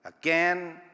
Again